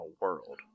world